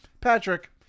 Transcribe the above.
patrick